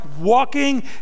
walking